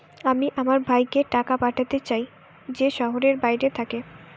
আমি আমার ভাইকে টাকা পাঠাতে চাই যে শহরের বাইরে থাকে